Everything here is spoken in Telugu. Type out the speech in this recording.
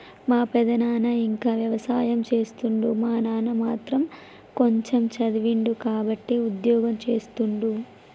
మా పెదనాన ఇంకా వ్యవసాయం చేస్తుండు మా నాన్న మాత్రం కొంచెమ్ చదివిండు కాబట్టే ఉద్యోగం చేస్తుండు